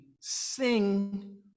sing